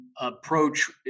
approach